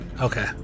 Okay